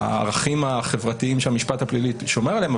והערכים החברתיים שהמשפט הפלילי שומר עליהם,